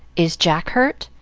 is jack hurt?